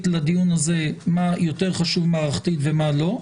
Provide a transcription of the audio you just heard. לדיון הזה מה יותר חשוב מערכתית ומה לא.